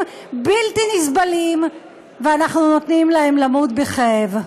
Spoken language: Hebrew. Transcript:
בלתי נסבלים ואנחנו נותנים להם למות בכאב.